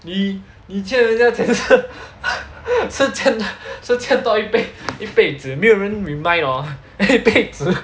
你你欠人家钱是欠是欠到一辈一辈子没有人 remind orh then 一辈子